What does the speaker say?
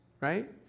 right